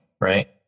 right